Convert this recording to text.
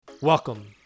Welcome